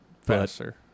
faster